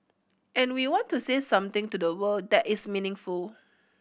and we want to say something to the world that is meaningful